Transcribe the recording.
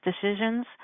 decisions